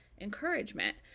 encouragement